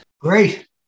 Great